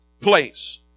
place